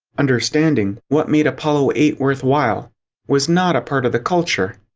understanding what made apollo eight worthwhile was not a part of the culture.